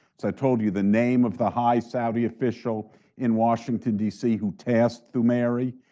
so i told you, the name of the high saudi official in washington, d c, who tasked thumairy,